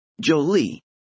Jolie